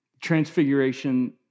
Transfiguration